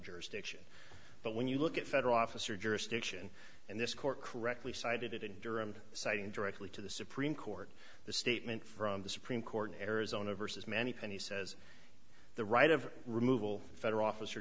jurisdiction but when you look at federal officer jurisdiction and this court correctly cited it in durham citing directly to the supreme court the statement from the supreme court arizona versus many and he says the right of removal of federal officer